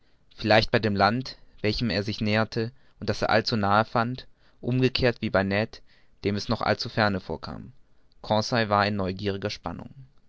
vielleicht bei dem land welchem er sich näherte und das er allzu nahe fand umgekehrt wie bei ned dem es noch allzu ferne vorkam conseil war in neugieriger spannung